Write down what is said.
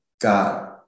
God